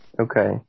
Okay